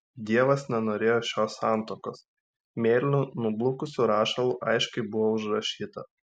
dievas nenorėjo šios santuokos mėlynu nublukusiu rašalu aiškiai buvo užrašyta